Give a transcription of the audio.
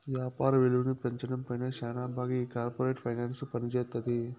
యాపార విలువను పెంచడం పైన శ్యానా బాగా ఈ కార్పోరేట్ ఫైనాన్స్ పనిజేత్తది